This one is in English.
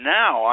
now